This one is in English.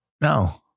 No